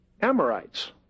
Amorites